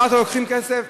לוקחים כסף.